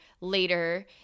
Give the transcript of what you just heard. later